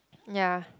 ya